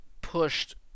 pushed